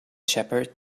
shepherd